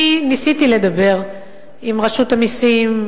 אני ניסיתי לדבר עם רשות המסים,